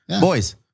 Boys